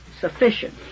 sufficient